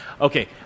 Okay